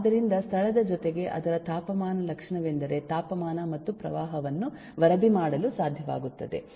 ಆದ್ದರಿಂದ ಸ್ಥಳದ ಜೊತೆಗೆ ಅದರ ತಾಪಮಾನ ಲಕ್ಷಣವೆಂದರೆ ತಾಪಮಾನ ಮತ್ತು ಪ್ರವಾಹವನ್ನು ವರದಿ ಮಾಡಲು ಸಾಧ್ಯವಾಗುತ್ತದೆ